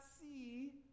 see